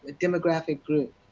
demographic group.